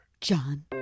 John